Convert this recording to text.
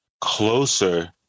closer